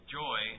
joy